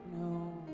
No